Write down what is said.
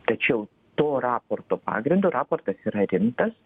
tačiau to raporto pagrindu raportas yra rimtas